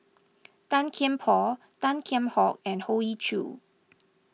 Tan Kian Por Tan Kheam Hock and Hoey Choo